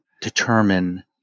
determine